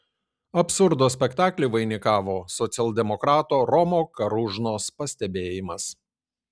absurdo spektaklį vainikavo socialdemokrato romo karūžnos pastebėjimas